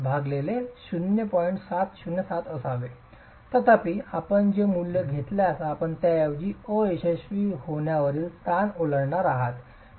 707 असावे तथापि आपण ते मूल्य घेतल्यास आपण त्याऐवजी अयशस्वी होण्यावरील ताण ओलांडणार आहात